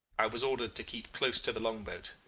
i was ordered to keep close to the long-boat,